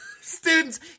students